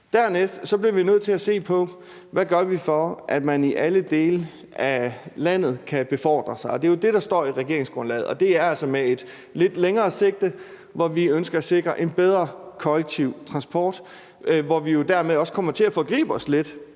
Dernæst bliver vi nødt til at se på, hvad vi gør, for at man i alle dele af landet kan befordre sig. Det er jo det, der står i regeringsgrundlaget, og det er altså med et lidt længere sigte, at vi ønsker at sikre en bedre kollektiv transport, og dermed kommer vi jo også til at forgribe os lidt